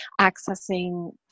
accessing